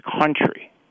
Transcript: country